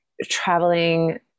traveling